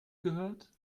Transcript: gehört